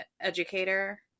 educator